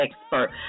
expert